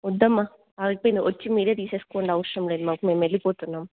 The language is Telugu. వద్దమ్మ ఆరిపోయింది వచ్చి మీరే తీసేసుకోండి అవసరం లేదు మాకు మేము వెళ్ళిపోతున్నాం